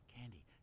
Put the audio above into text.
candy